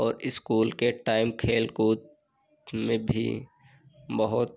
और स्कूल के टाइम खेलकूद में भी बहुत